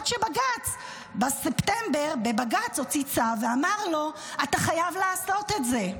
עד שבספטמבר בג"ץ הוציא צו ואמר לו: אתה חייב לעשות את זה.